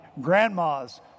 grandma's